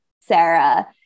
sarah